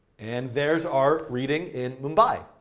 and there's our reading in mumbai.